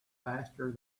faster